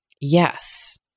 Yes